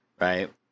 right